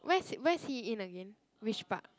where's where's he in again which part